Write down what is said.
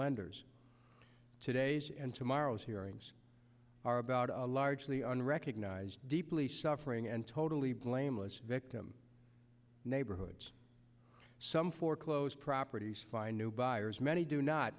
lenders today's and tomorrow's hearings are about a largely unrecognized deeply suffering and totally blameless victim neighborhoods some foreclosed properties find new buyers many do not